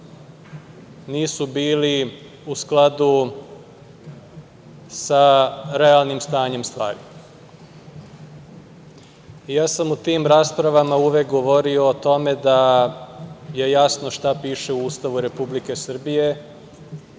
nisu bili u skladu sa realnim stanjem stvari.U tim raspravama sam uvek govorio o tome da je jasno šta piše u Ustavu Republike Srbije.